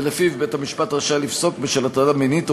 ולפיו: "בית-המשפט רשאי לפסוק בשל הטרדה מינית או